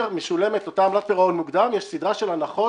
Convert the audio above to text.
כשמשולמת אותה עמלת פירעון מוקדם יש סדרה של הנחות,